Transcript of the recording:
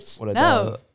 No